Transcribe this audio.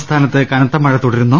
സംസ്ഥാനത്ത് കനത്ത മഴ തുടരുന്നു